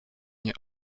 nie